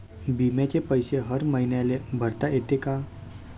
बिम्याचे पैसे हर मईन्याले भरता येते का?